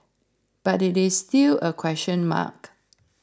but it is still a question mark